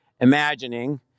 imagining